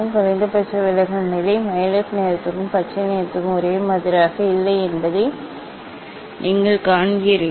குறைந்தபட்ச விலகல் நிலை வயலட் நிறத்திற்கும் பச்சை நிறத்திற்கும் ஒரே மாதிரியாக இல்லை என்பதை நீங்கள் காண்கிறீர்கள்